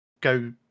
go